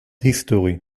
history